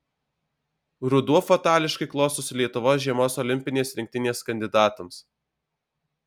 ruduo fatališkai klostosi lietuvos žiemos olimpinės rinktinės kandidatams